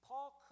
Paul